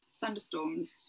thunderstorms